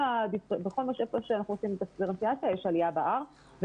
אנחנו סביב R של